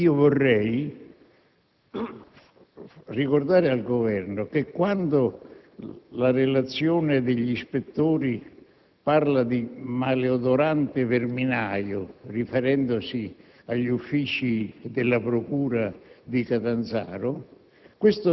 vorrei ricordare al Governo che quando la relazione degli ispettori parla di «maleodorante verminaio», riferendosi agli uffici della procura di Catanzaro,